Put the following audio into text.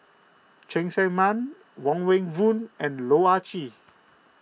Cheng Tsang Man Wong Meng Voon and Loh Ah Chee